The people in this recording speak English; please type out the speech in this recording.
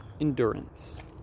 Endurance